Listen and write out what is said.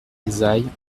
brizailles